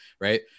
right